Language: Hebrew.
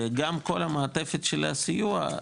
וגם כל המעטפת של הסיוע,